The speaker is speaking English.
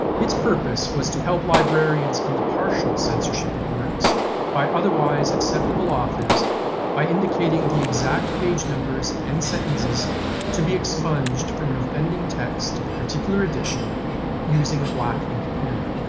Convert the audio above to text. its purpose was to help librarians in the partial censorship of works by otherwise acceptable authors by indicating the exact page numbers and sentences to be expunged from an offending text of a particular edition using a black ink pen.